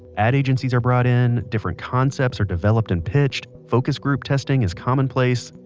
ad agencies are brought in, different concepts are developed and pitched, focus group testing is commonplace,